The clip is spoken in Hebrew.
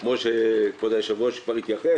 כמו שכבוד היושב-ראש כבר התייחס,